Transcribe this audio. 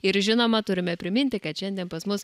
ir žinoma turime priminti kad šiandien pas mus